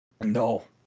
No